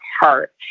heart